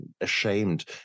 ashamed